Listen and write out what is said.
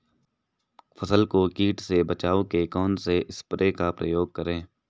फसल को कीट से बचाव के कौनसे स्प्रे का प्रयोग करें?